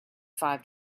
five